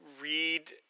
Read